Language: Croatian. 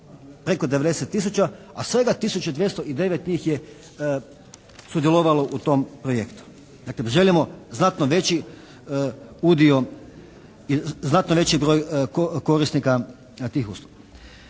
preko 90 tisuća, a svega 1209 njih je sudjelovalo u tom projektu. Dakle želimo znatno veći udio i znatno veći broj korisnika tih usluga.